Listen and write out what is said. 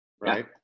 right